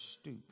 stoop